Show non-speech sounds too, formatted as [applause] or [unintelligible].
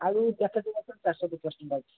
ଆଳୁ ପ୍ୟାକେଟ୍ [unintelligible] ଚାରିଶହ ପଚାଶ ଟଙ୍କା ଅଛି